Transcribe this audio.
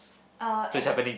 uh as